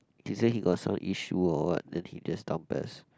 he say he got some issue or what then he just down pes